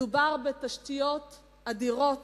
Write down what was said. מדובר בתשתיות אדירות